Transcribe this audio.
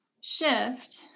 shift